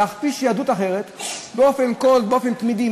להכפיש יהדות אחרת באופן תמידי,